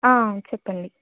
చెప్పండి